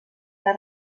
les